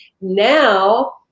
Now